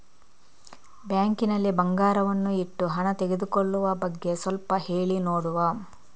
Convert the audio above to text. Bank ನಲ್ಲಿ ಬಂಗಾರವನ್ನು ಇಟ್ಟು ಹಣ ತೆಗೆದುಕೊಳ್ಳುವ ಬಗ್ಗೆ ಸ್ವಲ್ಪ ಹೇಳಿ ನೋಡುವ?